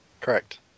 Correct